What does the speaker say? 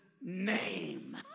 name